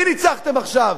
את מי ניצחתם עכשיו?